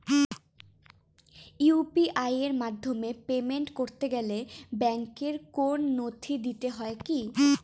UPI এর মাধ্যমে payment করতে গেলে ব্যাংকের কোন নথি দিতে হয় কি?